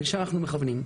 לשם אנחנו מכוונים.